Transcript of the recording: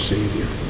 Savior